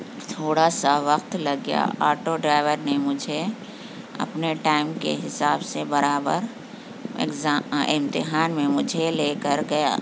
تھوڑا سا وقت لگ گیا آٹو ڈرائیور نے مجھے اپنے ٹائم کے حساب سے برابر ایگزا امتحان میں مجھے لے کر گیا